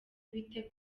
bateguye